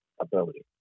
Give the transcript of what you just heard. ability